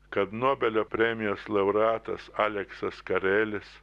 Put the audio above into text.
kad nobelio premijos laureatas aleksas karelis